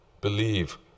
believe